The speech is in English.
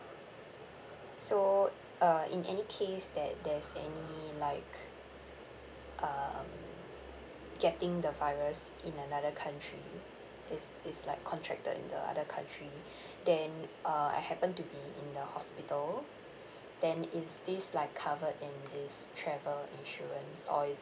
so uh in any case that there's any like um getting the virus in another country it's it's like contracted in the other country then uh I happen to be in the hospital then is this like covered in this travel insurance or is